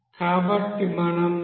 కాబట్టి మనం dmdtmin